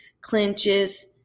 clinches